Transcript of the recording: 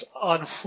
on